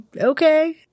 okay